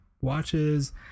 watches